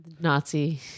Nazi